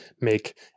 make